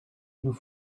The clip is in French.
nous